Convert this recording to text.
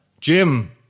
Jim